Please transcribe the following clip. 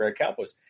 Cowboys